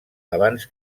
abans